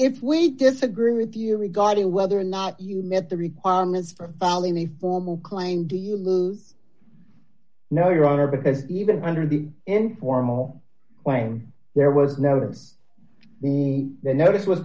if we disagree with you regarding whether or not you met the requirements from filing the formal claim do you lose now your honor because even under the informal claim there was never the the notice was